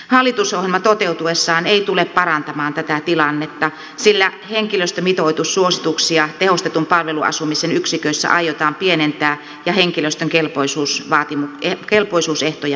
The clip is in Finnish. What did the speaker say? hallitusohjelma toteutuessaan ei tule parantamaan tätä tilannetta sillä henkilöstömitoitussuosituksia tehostetun palveluasumisen yksiköissä aiotaan pienentää ja henkilöstön kelpoisuusehtoja mataloittaa